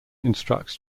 instructs